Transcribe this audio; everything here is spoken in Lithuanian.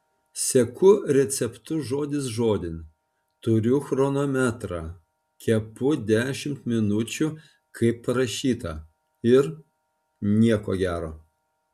seku receptu žodis žodin turiu chronometrą kepu dešimt minučių kaip parašyta ir nieko gero